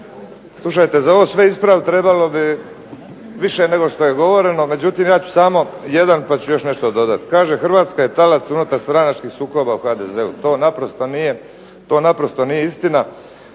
Slušajte, za ovo sve ispravit trebalo bi više nego što je govoreno, međutim ja ću samo jedan pa ću još nešto dodati. Kaže Hrvatska je talac unutarstranačkih sukoba u HDZ-u. To naprosto nije istina,